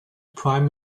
prime